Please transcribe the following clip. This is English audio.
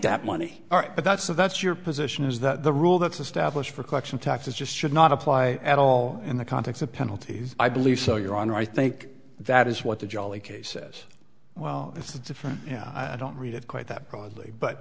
that money all right but that's so that's your position is that the rule that's established for collection tax is just should not apply at all in the context of penalties i believe so your honor i think that is what the jolly case says well it's different and i don't read it quite that broadly but